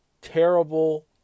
terrible